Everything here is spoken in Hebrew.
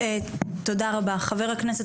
תודה רבה, חבר הכנסת